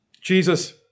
Jesus